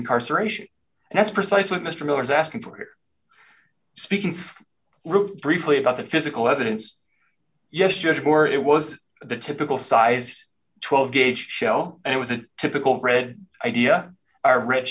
incarceration and that's precisely mr miller's asking for it speaking so rude briefly about the physical evidence yes just for it was the typical size twelve gauge shell and it was a typical red idea i read